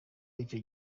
icyo